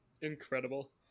Incredible